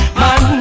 man